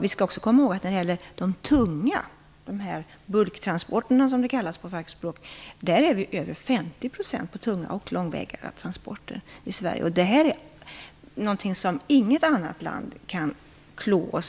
Vi skall komma ihåg att när det gäller de tunga transporterna - bulktransporter, som det kallas på fackspråk - är siffran över 50 % vad gäller långväga transporter i Sverige. På det området kan inget annat land klå oss.